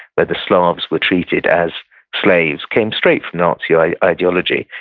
but the slavs were treated as slaves came straight from nazi like ideology.